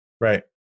Right